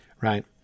right